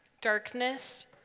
darkness